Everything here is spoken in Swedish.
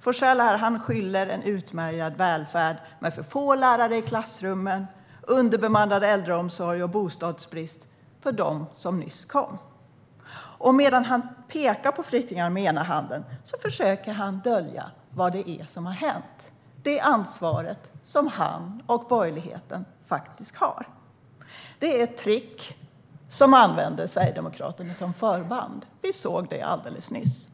Forssell skyller en utmärglad välfärd, med för få lärare i klassrummen, underbemannad äldreomsorg och bostadsbrist, på dem som nyss kom. Och medan han pekar på flyktingarna med den ena handen försöker han att dölja vad som har hänt. Han försöker att dölja det ansvar som han och borgerligheten faktiskt har. Detta är ett trick där man använder Sverigedemokraterna som förband, vilket vi såg alldeles nyss.